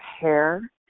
hair